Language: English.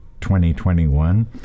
2021